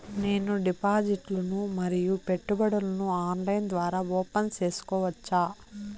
నేను డిపాజిట్లు ను మరియు పెట్టుబడులను ఆన్లైన్ ద్వారా ఓపెన్ సేసుకోవచ్చా?